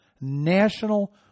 national